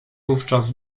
wówczas